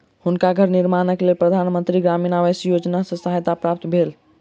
हुनका घर निर्माणक लेल प्रधान मंत्री ग्रामीण आवास योजना सॅ सहायता प्राप्त भेल